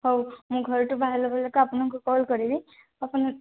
ହଉ ମୁଁ ଘରଠୁ ବାହାରିଲା ବେଳେକା ଆପଣଙ୍କୁ କଲ୍ କରିବି ଆପଣ